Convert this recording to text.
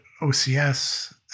OCS